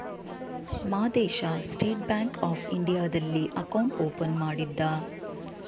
Madesha state bank of ಇಂಡಿಯಾದಲ್ಲಿ account open ಮಾಡಿದ್ದ